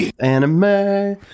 anime